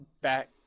back